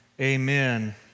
Amen